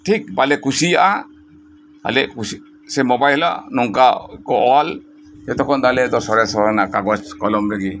ᱴᱷᱤᱠ ᱵᱟᱞᱮ ᱠᱩᱥᱤᱭᱟᱜᱼᱟ ᱟᱞᱮᱭᱟᱜ ᱠᱩᱥᱤ ᱥᱮ ᱢᱚᱵᱟᱭᱤᱞᱟᱜ ᱱᱚᱝᱠᱟ ᱠᱚ ᱚᱞ ᱡᱚᱛᱚ ᱠᱷᱚᱱ ᱟᱞᱮᱭᱟᱜ ᱫᱚ ᱥᱚᱨᱮᱥ ᱚᱞ ᱦᱮᱱᱟᱜᱼᱟ ᱠᱟᱜᱚᱡᱽ ᱠᱚᱞᱚᱢ ᱨᱮᱜᱮ